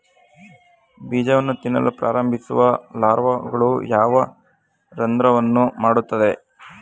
ಬೀಜವನ್ನು ತಿನ್ನಲು ಪ್ರಾರಂಭಿಸುವ ಲಾರ್ವಾಗಳು ಯಾವ ರಂಧ್ರವನ್ನು ಮಾಡುತ್ತವೆ?